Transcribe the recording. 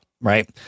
Right